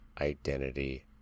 identity